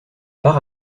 par